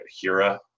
Hira